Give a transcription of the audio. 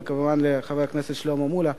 וכמובן לחבר הכנסת שלמה מולה,